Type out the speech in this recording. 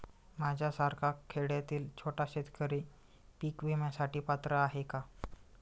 माझ्यासारखा खेड्यातील छोटा शेतकरी पीक विम्यासाठी पात्र आहे का?